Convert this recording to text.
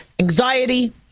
anxiety